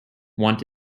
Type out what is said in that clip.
want